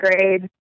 grade